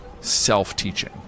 self-teaching